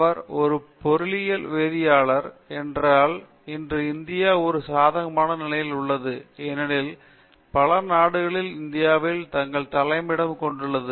அவர் ஒரு பொருளியல் வேதியியலாளர் என்றால் இன்று இந்தியா ஒரு சாதகமான நிலையில் உள்ளது ஏனெனில் பல நாடுகள் இந்தியாவில் தங்கள் தலைமையிடம் கொண்டுள்ளது